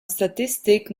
statistics